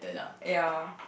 ya